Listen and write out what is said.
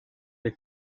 les